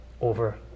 over